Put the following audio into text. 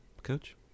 coach